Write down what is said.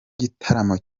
gitaramo